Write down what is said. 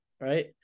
Right